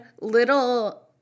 little